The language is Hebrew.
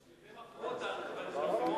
בשביל זה בחרו אותנו, חבר הכנסת בן-סימון.